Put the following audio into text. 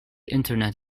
internet